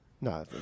No